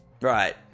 Right